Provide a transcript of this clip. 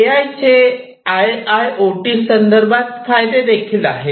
ए I चे I I O T संदर्भात फायदे देखील आहेत